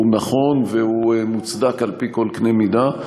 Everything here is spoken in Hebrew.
נכון והוא מוצדק על-פי כל קנה מידה.